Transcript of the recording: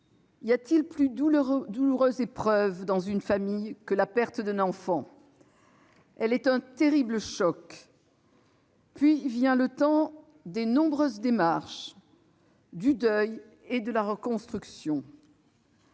y a-t-il plus douloureuse épreuve, dans une famille, que la perte d'un enfant ? Celle-ci est un terrible choc. Puis vient le temps des nombreuses démarches, du deuil et de la reconstruction.